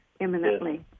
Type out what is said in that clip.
Imminently